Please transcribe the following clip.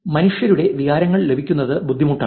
മനുഷ്യരുടെ വികാരങ്ങൾ ലഭിക്കുന്നത് ബുദ്ധിമുട്ടാണ്